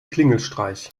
klingelstreich